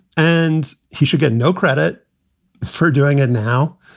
and he should get no credit for doing it now.